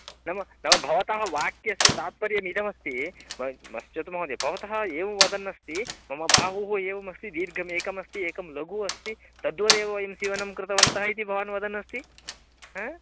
नाम न भवतः वाक्यस्य ताप्तर्यम् इदमस्ति म पश्यतु महोदय भवतः एवं वदन्नस्ति मम बाहुः एवम् अस्ति दीर्घः एकोस्ति एकः लघुः अस्ति तद्वदेव वयं सीवनं कृतवन्तः इति भवान् वदन्नस्ति आ